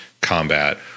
combat